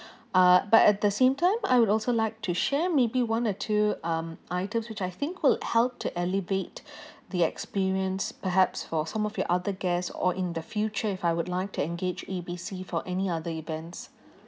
uh but at the same time I would also like to share maybe one or two um items which I think would help to alleviate the experience perhaps for some of your other guests or in the future if I would like to engage A B C for any other events